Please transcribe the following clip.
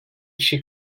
kişi